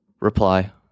reply